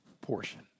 portion